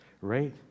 right